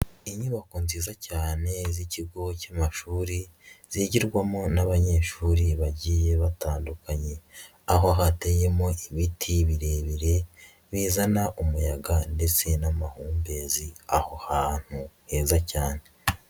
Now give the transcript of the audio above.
Inyubako nziza cyane z'ikigo cy'amashuri zigirwamo n'abanyeshuri bagiye batandukanye, aho hateyemo ibiti birebire bizana umuyaga ndetse n'amahumbezi aho hantu heza cyane.